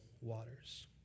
waters